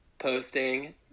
posting